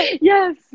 Yes